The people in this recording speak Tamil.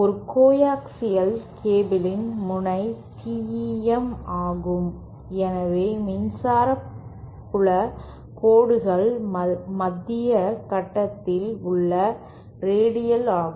ஒரு கோஆக்சியல் கேபிளில் முனை TEM ஆகும் எனவே மின்சார புல கோடுகள் மத்திய கடத்தியில் உள்ள ரேடியல் ஆகும்